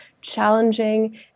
challenging